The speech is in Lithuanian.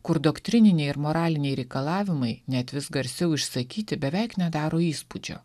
kur doktrininiai ir moraliniai reikalavimai net vis garsiau išsakyti beveik nedaro įspūdžio